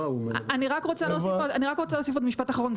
אני רוצה רק להוסיף עוד משפט אחרון.